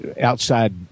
outside